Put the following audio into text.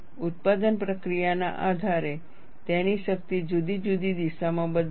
ઉત્પાદન પ્રક્રિયાના આધારે તેની શક્તિ જુદી જુદી દિશામાં બદલાશે